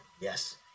Yes